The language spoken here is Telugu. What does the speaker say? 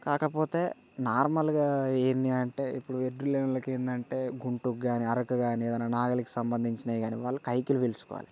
కాకపోతే నార్మల్గా ఏంది అంటే ఇప్పుడు ఎద్దు లేని ఇండ్లకు ఏంటి అంటే గుంటుకు గాని అరక కానీ నాగలికి సంబంధించినవి కానీ వాళ్ళు కైకిలు పెంచుకోవాలి